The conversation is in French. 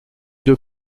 deux